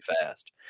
fast